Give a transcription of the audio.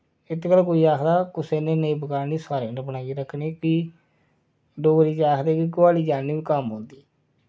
इत गल्ला कोई आखदा कुसै नै नेईं बगाड़नी सारें कन्नै बनाइयै रक्खनी कि डोगरी च आखदे कि गुआली जन बी कम्म औंदी